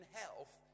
health